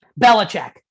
Belichick